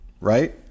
right